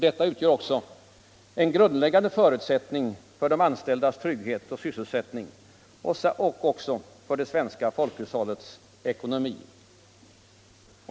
Detta utgör också en grundläggande förutsättning för de anställdas trygghet och sysselsättning och även för det svenska folkhushållets ekonomi.